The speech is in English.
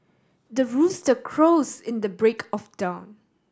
the rooster crows in the break of dawn